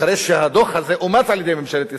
אחרי שהדוח הזה אומץ על-ידי ממשלת ישראל,